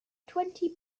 twenty